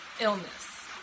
illness